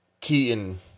Keaton